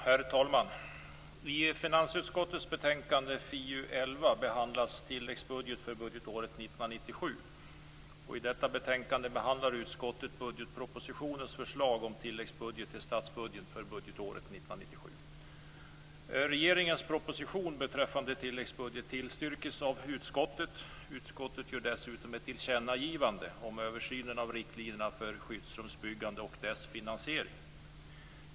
Herr talman! I finansutskottets betänkande FiU11 behandlas tilläggsbudget för budgetåret 1997. I detta betänkande behandlar utskottet budgetpropositionens förslag om tilläggsbudget till statsbudgeten för budgetåret 1997. Regeringens proposition betäffande tilläggsbudget tillstyrks av utskottet. Utskottet gör dessutom ett tillkännagivande om översynen av riktlinjerna för skyddsrumsbyggande och dess finansiering.